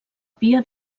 pia